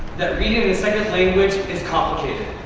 that reading in a second language is complicated.